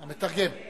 --- המתרגם.